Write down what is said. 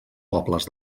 pobles